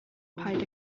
paid